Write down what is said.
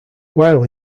while